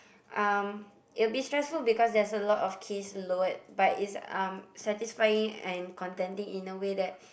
um it will be stressful because there's a lot of case lowered but it's um satisfying and contenting in a way that